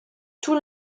tout